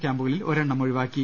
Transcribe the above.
ക്യാംപുകളിൽ ഒരെണ്ണം ഒഴിവാക്കി